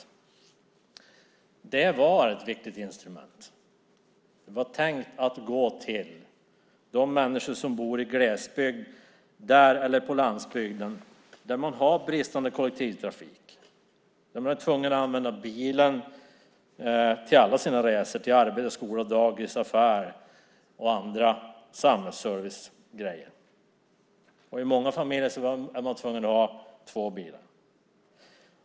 Glesbygdsavdraget var ett viktigt instrument. Det var tänkt att gå till de människor som bor i gles och landsbygd med bristande kollektivtrafik, där man är tvungen att använda bilen för alla sina resor - till arbete, skola, dagis, affär, liksom för resor till övrig samhällsservice. Många familjer är dessutom tvungna att ha två bilar.